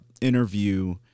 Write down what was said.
interview